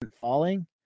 falling